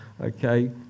Okay